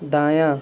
دایاں